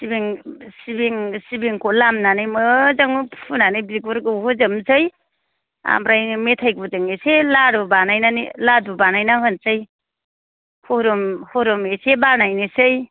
सिबिंखौ लामनानै मोजाङै फुनानै बिगुर गहो जोबनोसै ओमफ्राय मेथाइ गुरजों एसे लारु बानायनानै लारु बानायना होनोसै हुरुम एसे बानायनोसै